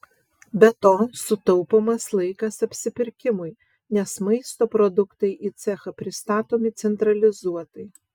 be to sutaupomas laikas apsipirkimui nes maisto produktai į cechą pristatomi centralizuotai